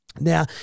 Now